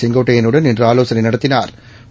செங்கோட்டையனுடன் இன்று ஆலோசனை நடத்தினாா்